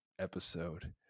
episode